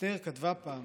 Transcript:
אסתר כתבה פעם: